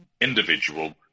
individual